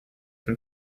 and